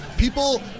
People